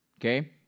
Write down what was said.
Okay